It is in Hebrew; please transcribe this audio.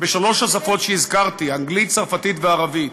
בשלוש השפות שהזכרתי: אנגלית, צרפתית וערבית.